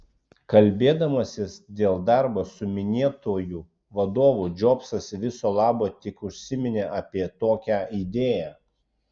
kalbėdamasis dėl darbo su minėtuoju vadovu džobsas viso labo tik užsiminė apie tokią idėją